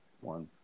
One